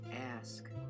ask